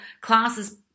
classes